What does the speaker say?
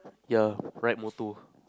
yeah ride motor